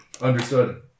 Understood